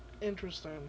Interesting